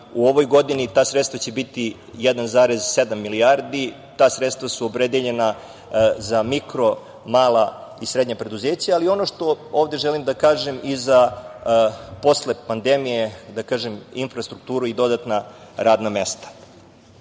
u ovoj godini ta sredstva će biti 1,7 milijardi. Ta sredstva su opredeljena za mikro, mala i srednja preduzeća. Ono što ovde želim da kažem, posle pandemije i za infrastrukturu i dodatna radna mesta.U